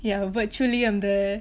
yeah virtually I'm there